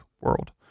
world